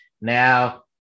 now